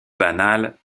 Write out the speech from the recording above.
banale